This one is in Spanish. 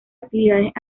actividades